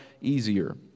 easier